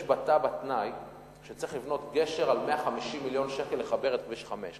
יש בתב"ע תנאי שצריך לבנות גשר ב-150 מיליון שקל כדי לחבר את כביש 5,